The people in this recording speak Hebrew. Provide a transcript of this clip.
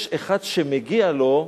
יש אחד שמגיע לו,